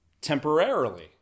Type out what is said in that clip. Temporarily